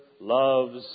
loves